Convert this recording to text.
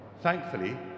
Thankfully